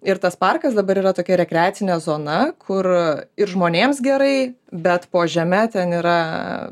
ir tas parkas dabar yra tokia rekreacinė zona kur ir žmonėms gerai bet po žeme ten yra